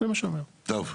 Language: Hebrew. טוב.